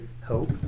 hope